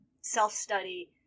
self-study